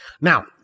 Now